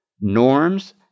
norms